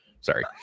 Sorry